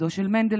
בחסדו של מנדלבליט,